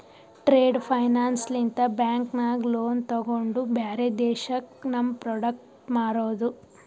trade finance ಲಿಂತ bank ನಾಗ್ loan ತೊಗೊಂಡು ಬ್ಯಾರೆ ದೇಶಕ್ಕ ನಮ್ ಪ್ರೋಡಕ್ಟ್ ಮಾರೋದು